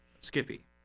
Skippy